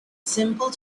simple